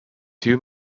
two